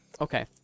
Okay